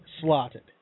slotted